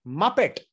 muppet